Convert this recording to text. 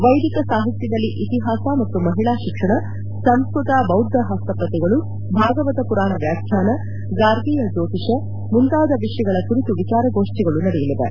ವೈದಿಕ ಸಾಹಿತ್ಯದಲ್ಲಿ ಇತಿಹಾಸ ಮತ್ತು ಮಹಿಳಾ ಶಿಕ್ಷಣ ಸಂಸ್ಕತ ಬೌದ್ಧ ಹಸ್ತಪ್ರತಿಗಳು ಭಾಗವತ ಮರಾಣ ವ್ಯಾಖ್ಯಾನ ಗಾರ್ಗಿಯ ಜ್ಯೋತಿಷ ಮುಂತಾದ ವಿಷಯಗಳ ಕುರಿತು ವಿಚಾರಗೋಷ್ಟಿಗಳು ನಡೆಯಲಿವೆ